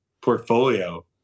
portfolio